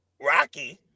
Rocky